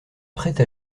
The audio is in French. prête